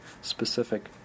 specific